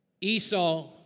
Esau